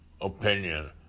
opinion